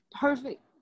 perfect